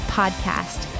podcast